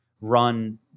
run